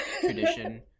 tradition